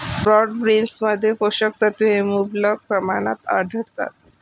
broad बीन्समध्ये पोषक तत्वे मुबलक प्रमाणात आढळतात